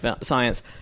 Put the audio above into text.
science